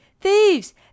Thieves